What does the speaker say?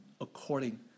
according